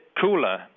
cooler